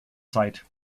zeit